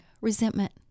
resentment